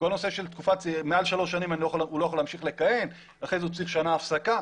אני רוצה להכריע בדבר הזה.